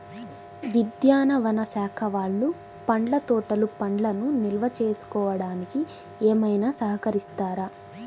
ఉద్యానవన శాఖ వాళ్ళు పండ్ల తోటలు పండ్లను నిల్వ చేసుకోవడానికి ఏమైనా సహకరిస్తారా?